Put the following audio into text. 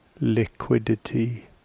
liquidity